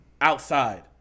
outside